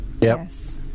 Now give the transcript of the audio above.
Yes